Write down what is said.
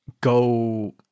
go